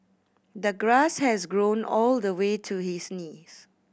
the grass has grown all the way to his knees